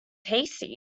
tasty